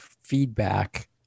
feedback